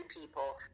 people